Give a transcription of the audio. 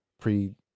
pre